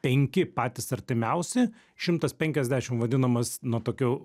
penki patys artimiausi šimtas penkiasdešim vadinamas na tokiu